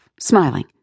smiling